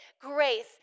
Grace